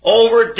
over